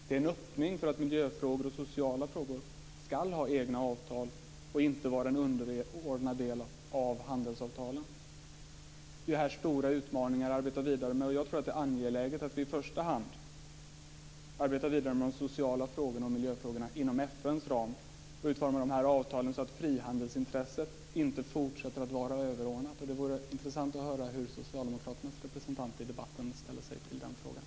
Det är en öppning för att miljöfrågor och sociala frågor ska ha egna avtal och inte vara underordnade delar av handelsavtalen. Detta är stora utmaningar att arbeta vidare med. Jag tror att det är angeläget att vi i första hand arbetar vidare med de sociala frågorna och miljöfrågorna inom FN:s ram och utformar de här avtalen så att frihandelsintresset inte fortsätter att vara överordnat. Det vore intressant att få höra hur socialdemokraternas representant i debatten ställer sig i den frågan.